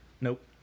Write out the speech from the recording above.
Nope